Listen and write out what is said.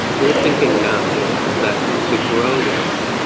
we're thinking now that to grow this,